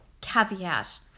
Caveat